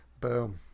Boom